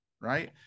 Right